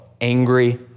angry